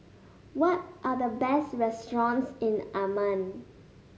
what are the best restaurants in Amman